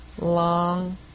long